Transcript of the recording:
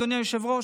אדוני היושב-ראש,